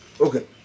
Okay